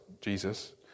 Jesus